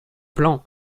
plan